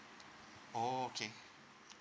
oh okay